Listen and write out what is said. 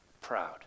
proud